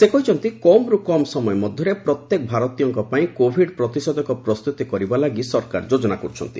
ସେ କହିଛନ୍ତି କମ୍ରୁ କମ୍ ସମୟ ମଧ୍ୟରେ ପ୍ରତ୍ୟେକ ଭାରତୀୟଙ୍କ ପାଇଁ କୋଭିଡ୍ ପ୍ରତିଷେଧକ ପ୍ରସ୍ତୁତ କରିବା ଲାଗି ସରକାର ଯୋଜନା କରୁଛନ୍ତି